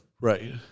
Right